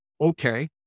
okay